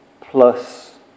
plus